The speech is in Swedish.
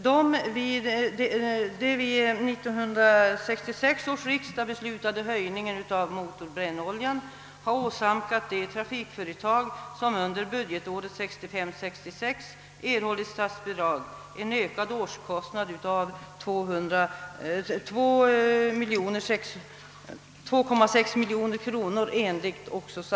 Den av 1966 års riksdag beslutade höjningen av priset på motorbrännolja har åsamkat de trafikföretag, som under budgetåret 1965/66 erhållit statsbidrag, en ökad årskostnad med 2,6 miljoner kronor.